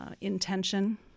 intention